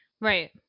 Right